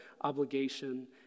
obligation